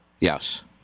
Yes